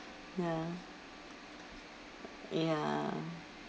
ya ya